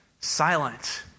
silent